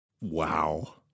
Wow